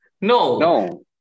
no